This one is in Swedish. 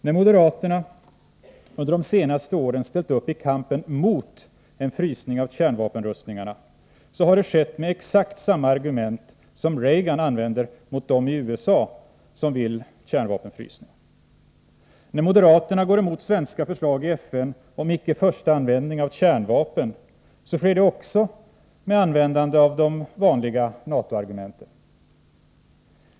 När moderaterna under de senaste åren ställt upp i kampen mot en frysning av kärnvapenrustningarna, så har det skett med exakt samma argument som Reagan använder mot dem i USA som vill kärnvapenfrysning. När moderaterna går emot svenska förslag i FN om icke-förstaanvändning av kärnvapen, så sker det också med användande av de vanliga NATO argumenten.